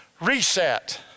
reset